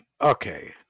Okay